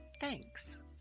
Thanks